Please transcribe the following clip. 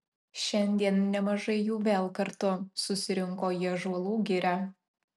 šiandien nemažai jų vėl kartu susirinko į ąžuolų girią